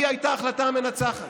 הייתה ההחלטה המנצחת.